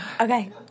Okay